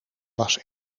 was